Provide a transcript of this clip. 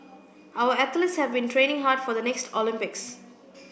our athletes have been training hard for the next Olympics